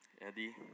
Eddie